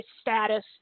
status